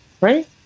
right